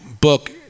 book